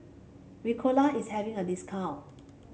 Ricola is having a discount